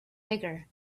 bigger